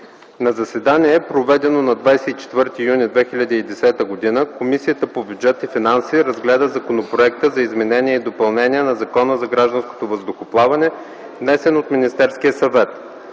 На заседание, проведено на 24 юни 2010 г., Комисията по бюджет и финанси разгледа законопроекта за изменение и допълнение на Закона за гражданското въздухоплаване, внесен от Министерския съвет.